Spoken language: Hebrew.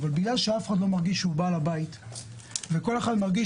כיוון שאף אחד לא מרגיש שהוא בעל הבית וכל אחד מרגיש